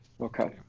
Okay